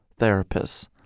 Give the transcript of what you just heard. therapists